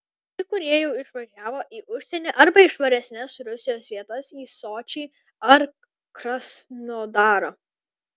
kai kurie jau išvažiavo į užsienį arba į švaresnes rusijos vietas į sočį ar krasnodarą